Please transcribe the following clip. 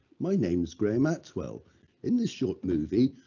my name's graham atwell in this short movie.